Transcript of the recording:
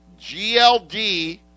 GLD